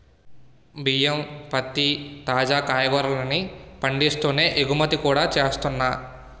బియ్యం, పత్తి, తాజా కాయగూరల్ని పండిస్తూనే ఎగుమతి కూడా చేస్తున్నా